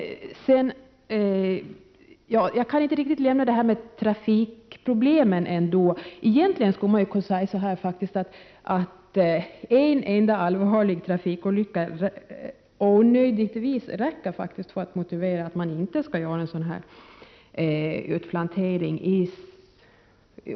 Jag kan inte riktigt lämna trafikproblemen. Egentligen skulle man kunna säga så här: En enda allvarlig trafikolycka onödigtvis räcker faktiskt för att motivera att man inte skall göra någon utplantering.